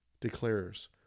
declares